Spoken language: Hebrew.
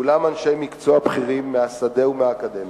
כולם אנשי מקצוע בכירים מהשדה ומהאקדמיה,